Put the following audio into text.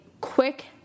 quick